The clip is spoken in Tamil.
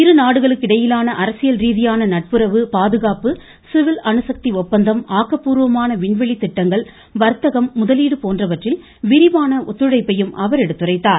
இருநாடுகளுக்கிடையிலான அரசியல் ரீதியான நட்புறவு பாதுகாப்பு சிவில் அணுசக்தி அப்பந்தம் ஆக்கப்பூர்வமான விண்வெளித்திட்டங்கள் வர்தகம் விரிவான ஒத்துழைப்பையும் அவர் எடுத்துரைத்தார்